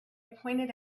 pointed